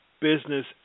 business